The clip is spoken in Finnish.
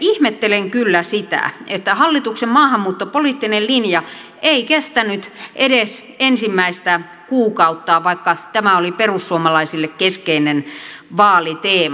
ihmettelen kyllä sitä että hallituksen maahanmuuttopoliittinen linja ei kestänyt edes ensimmäistä kuukautta vaikka tämä oli perussuomalaisille keskeinen vaaliteema